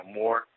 more